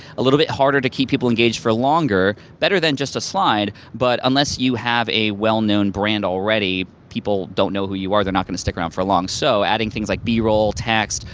a little bit harder to keep people engaged for longer. better than just a slide, but unless you have a well-known brand already, people don't know who you are, they're not going to stick around for long. so adding things like b-roll, text,